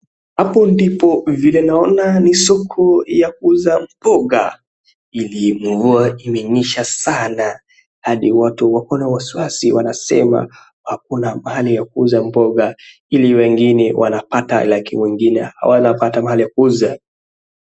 Hapo ndipo, vile unaona ni soko la kuuza mboga. Mvua ilinyesha sana hadi watu wana wasiwasi, wanasema hakuna mahali pa kuuza mboga. Wengine wanapata haki, wengine hawapati mali ya kuuza.